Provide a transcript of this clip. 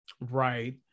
Right